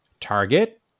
Target